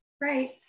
Right